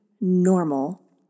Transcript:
normal